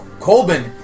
Colbin